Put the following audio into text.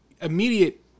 immediate